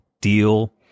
deal